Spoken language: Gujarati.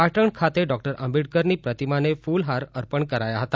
પાટણ ખાતે ડોકટર આંબેડકરની પ્રતિમાને ફુલ હાર અર્પણ કરાયા હતા